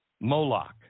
Moloch